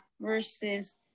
versus